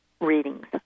readings